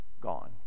gone